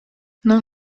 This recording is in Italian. non